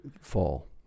Fall